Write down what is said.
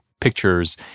pictures